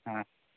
ಹಾಂ